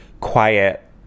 quiet